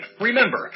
remember